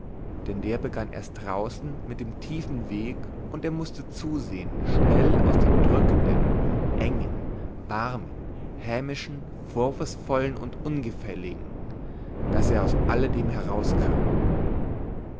denn der begann erst draußen mit dem tiefen weg und er mußte zusehen schnell aus dem drückenden engen warmen hämischen vorwurfsvollen und ungefälligen daß er aus alle dem herauskam